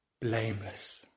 blameless